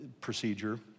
procedure